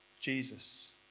Jesus